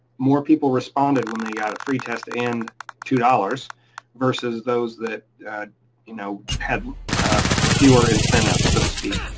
more people responded when they got a free test and two dollars versus those that you know had fewer incentives, so to speak.